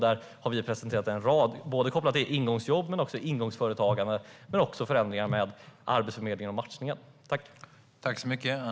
Där har vi presenterat en rad förslag kopplade till ingångsjobb och ingångsföretagande, men också förändringar av Arbetsförmedlingen och matchningen.